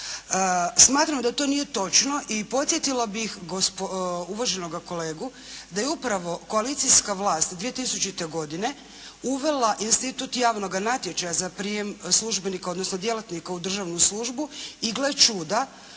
Smatram da to nije točno, i podsjetila bih uvaženog kolegu da je upravo koalicijska vlast 2000. godine uvela institut javnoga natječaja za prijem službenika, odnosno djelatnika u državnu službu, i gle čuda,